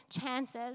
chances